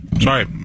Sorry